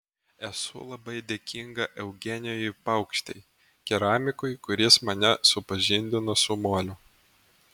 esu labai dėkinga eugenijui paukštei keramikui kuris mane supažindino su moliu